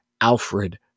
Alfred